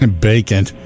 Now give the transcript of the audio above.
Bacon